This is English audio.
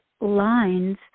lines